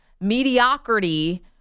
mediocrity